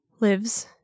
lives